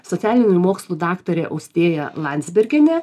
socialinių mokslų daktarė austėja landsbergienė